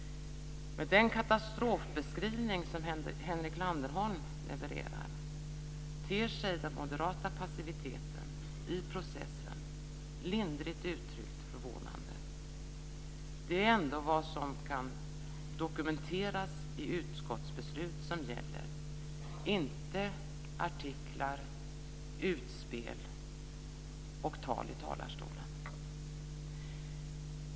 Med den katastrofbeskrivning som Henrik Landerholm levererar ter sig den moderata passiviteten i processen lindrigt uttryckt förvånande. Det är ändå vad som kan dokumenteras i utskottsbeslut som gäller, inte artiklar, utspel och tal i talarstolen.